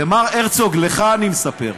ומר הרצוג, לך אני מספר.